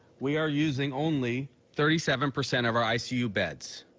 we are using only thirty seven percent of our icu beds.